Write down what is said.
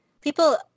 people